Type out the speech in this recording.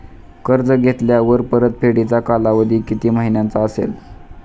कर्ज घेतल्यावर परतफेडीचा कालावधी किती महिन्यांचा असेल?